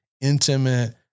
intimate